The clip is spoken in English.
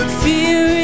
fear